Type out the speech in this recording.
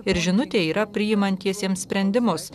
ir žinutė yra priimantiesiems sprendimus